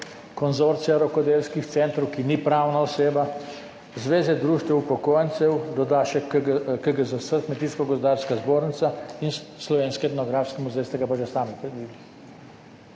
konzorcija rokodelskih centrov, ki ni pravna oseba, Zveze društev upokojencev, doda še KGZS - Kmetijsko gozdarska zbornica in Slovenski etnografski muzej, ste ga pa že sami